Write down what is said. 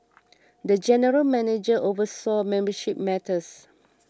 the general manager oversaw membership matters